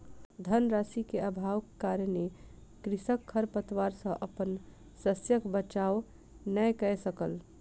धन राशि के अभावक कारणेँ कृषक खरपात सॅ अपन शस्यक बचाव नै कय सकल